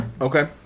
Okay